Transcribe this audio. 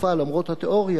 למרות התיאוריה,